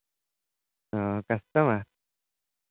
ᱚᱻ ᱠᱟᱥᱴᱚᱢᱟᱨ